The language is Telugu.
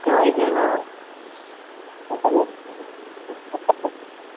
ఓకే వైజాగ్లో ఉంటన్ అయితే మీకు